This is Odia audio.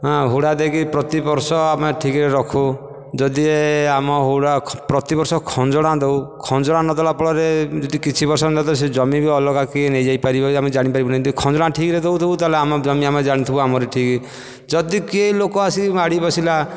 ହଁ ହୁଡ଼ା ଦେଇକି ପ୍ରତି ବର୍ଷ ଆମେ ଠିକରେ ରଖୁ ଯଦି ଆମ ହୁଡ଼ା ପ୍ରତି ବର୍ଷ ଖଜଣା ଦଉ ଖଜଣା ନ ଦେବା ଫଳରେ ଯଦି କିଛି ବର୍ଷ ନ ଦେବ ସେ ଜମି ବି ଅଲଗା କିଏ ନେଇଯାଇପାରିବ ଆମେ ଜାଣି ପାରିବୁ ନାହିଁ ଯଦି ଖଜଣା ଠିକରେ ଦେଉଥିବୁ ତାହେଲେ ଆମ ଜମି ଆମେ ଜାଣିଥିବୁ ଆମର ଠିକ ଯଦି କିଏ ଲୋକ ଆସି ମାଡ଼ିବସିଲା